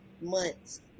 months